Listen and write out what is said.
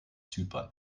zypern